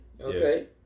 Okay